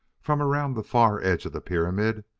from around the far edge of the pyramid,